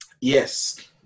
yes